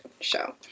show